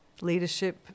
leadership